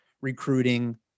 recruiting